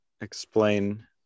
explain